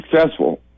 successful